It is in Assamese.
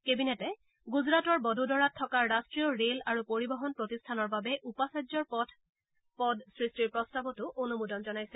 কেবিনেটে গুজৰাটৰ বডোদৰাত থকা ৰাষ্ট্ৰীয় ৰেল আৰু পৰিবহন প্ৰতিষ্ঠানৰ বাবে উপাচাৰ্যৰ পদ সৃষ্টিৰ প্ৰস্তাৱতো অনুমোদন জনাইছে